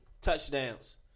touchdowns